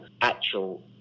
actual